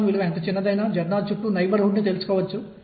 ఇందుమూలంగా E n2h28mL2 ఇది En